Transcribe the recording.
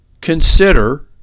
consider